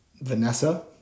Vanessa